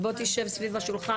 בוא, שב סביב השולחן.